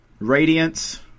Radiance